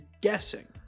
guessing